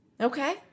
okay